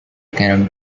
cannot